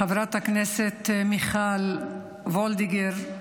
חברת הכנסת מיכל וולדיגר,